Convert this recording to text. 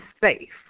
safe